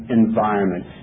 environment